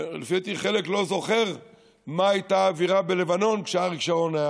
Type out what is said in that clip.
לפי דעתי חלק לא זוכר מה הייתה האווירה בלבנון כשאריק שרון היה